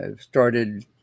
started